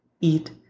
eat